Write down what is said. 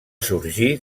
sorgir